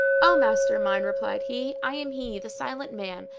o master mine, replied he, i am he, the silent man